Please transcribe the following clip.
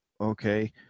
okay